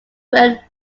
bend